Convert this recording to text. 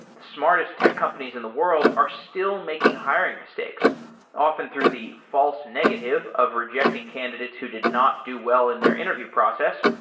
the smartest tech companies in the world are still making hiring mistakes often through the false negative of rejecting candidates who did not do well in their interview process,